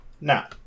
Now